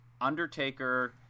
undertaker